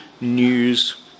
news